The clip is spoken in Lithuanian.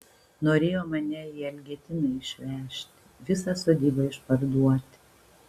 norėjo mane į elgetyną išvežti visą sodybą išparduoti